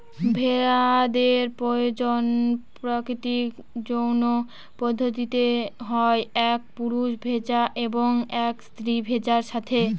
ভেড়াদের প্রজনন প্রাকৃতিক যৌন পদ্ধতিতে হয় এক পুরুষ ভেড়া এবং এক স্ত্রী ভেড়ার সাথে